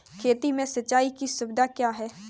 खेती में सिंचाई की सुविधा क्या है?